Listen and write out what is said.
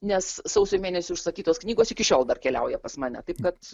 nes sausio mėnesį užsakytos knygos iki šiol dar keliauja pas mane taip kad